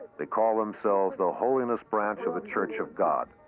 they call themselves the holiness branch of the church of god.